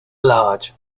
large